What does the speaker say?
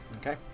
Okay